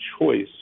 choice